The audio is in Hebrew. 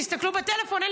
תסתכלו בטלפון,